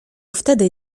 wtedy